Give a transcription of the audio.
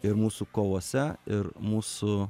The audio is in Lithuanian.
ir mūsų kovose ir mūsų